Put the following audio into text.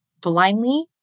blindly